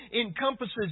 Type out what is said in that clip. encompasses